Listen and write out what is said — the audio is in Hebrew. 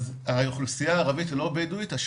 השיפור באוכלוסייה הערבית הלא בדואית הוא